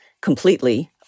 completely